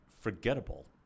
forgettable